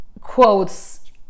quotes